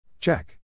Check